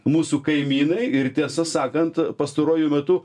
mūsų kaimynai ir tiesą sakant pastaruoju metu